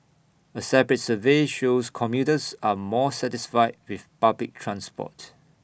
A separate survey shows commuters are more satisfied with public transport